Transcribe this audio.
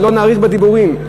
ולא נאריך בדיבורים,